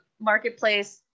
marketplace